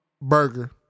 Burger